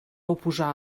oposar